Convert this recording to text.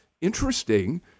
interesting—